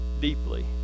deeply